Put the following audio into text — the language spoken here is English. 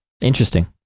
Interesting